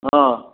অ